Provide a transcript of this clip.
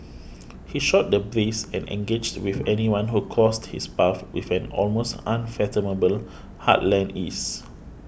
he shot the breeze and engaged with anyone who crossed his path with an almost unfathomable heartland ease